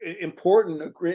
important